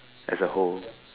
as a whole